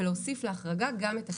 ולהוסיף להחרגה גם את הקנביס.